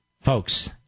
Folks